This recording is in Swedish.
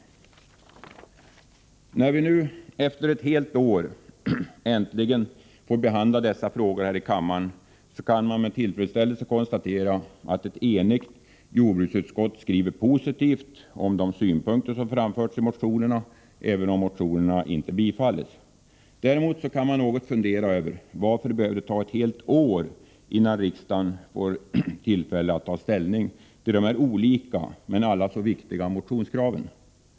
När vi nu efter ett helt år äntligen får behandla dessa frågor här i kammaren kan vi med tillfredsställelse konstatera att ett enigt jordbruksutskott skriver positivt om de synpunkter som framförts i motionerna, även om motionerna Däremot kan man något fundera över varför det behövde ta ett helt år innan riksdagen får tillfälle att ta ställning till dessa olika, men alla så viktiga, motionskrav.